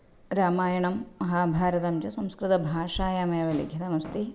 रामायणं महाभारतं च संस्कृतभाषायामेव लिखितमस्ति